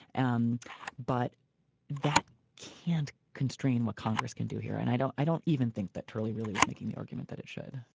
um but that can't constrain what congress can do here. and i don't i don't even think that turley really was making the argument that it should